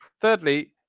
Thirdly